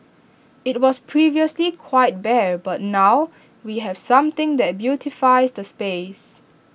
IT was previously quite bare but now we have something that beautifies the space